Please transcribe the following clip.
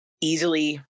easily